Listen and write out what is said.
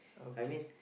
I mean